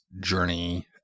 journey